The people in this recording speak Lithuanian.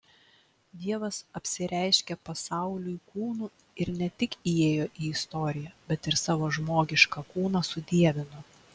dievas apsireiškė pasauliui kūnu ir ne tik įėjo į istoriją bet ir savo žmogišką kūną sudievino